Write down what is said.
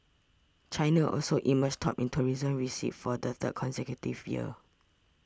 China also emerged top in tourism receipts for the third consecutive year